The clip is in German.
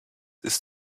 ist